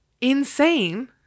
insane